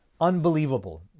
unbelievable